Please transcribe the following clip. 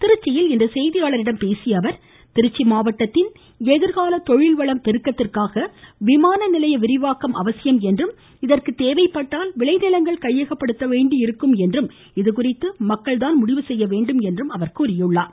திருச்சியில் இன்று செய்தியாளர்களிடம் பேசிய அவர் திருச்சி மாவட்டத்தில் எதிர்கால தொழில்வளம் பெருக்கத்திற்காக விமான நிலையம் விரிவாக்கம் அவசியம் என்றும் இதற்கு தேவைப்பட்டால் விளைநிலங்கள் கையகப்படுத்தப்பட வேண்டியதிருக்கும் என்றும் இதுகுறித்து மக்கள் தான் முடிவு செய்ய வேண்டும் என்றும் கூறியுள்ளார்